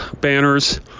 banners